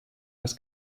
das